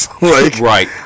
right